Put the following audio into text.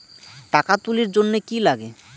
টাকা তুলির জন্যে কি লাগে?